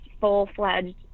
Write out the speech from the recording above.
full-fledged